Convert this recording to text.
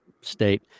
state